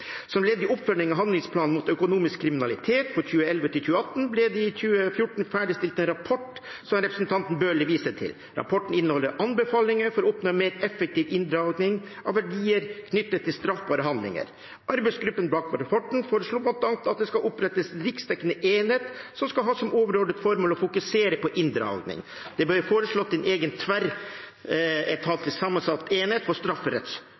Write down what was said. Som ledd i oppfølgingen av handlingsplanen mot økonomisk kriminalitet fra 2011 til 2018 ble det i 2014 ferdigstilt en rapport, som representanten Bøhler viste til. Rapporten inneholder anbefalinger for å oppnå en mer effektiv inndragning av verdier knyttet til straffbare handlinger. Arbeidsgruppen bak rapporten foreslo bl.a. at det skal opprettes en riksdekkende enhet som skal ha som overordnet formål å fokusere på inndragning. Det ble foreslått en egen tverretatlig sammensatt enhet for